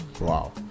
wow